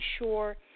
ensure